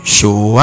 Show